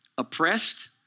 oppressed